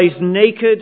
naked